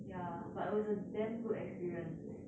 ya but it was a damn good experience